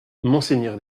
monseigneur